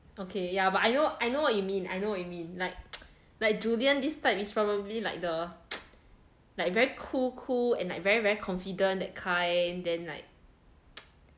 okay yeah but I know I know what you mean I know what you mean like like julian this type is probably like the like very cool cool and like very very confident that kind then like